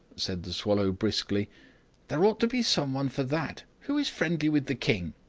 said the swallow briskly there ought to be someone for that. who is friendly with the king?